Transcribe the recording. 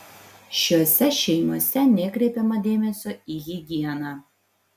šiose šeimose nekreipiama dėmesio į higieną